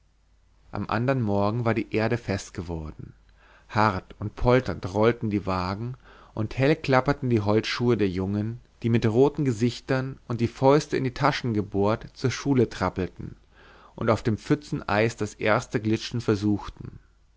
am andern morgen war die erde fest geworden hart und polternd rollten die wagen und hell klapperten die holzschuhe der jungen die mit roten gesichtern und die fäuste in die taschen gebohrt zur schule trappelten und auf dem pfützeneis das erste glitschen versuchten